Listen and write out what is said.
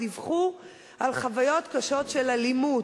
דיווחו על חוויות קשות של אלימות.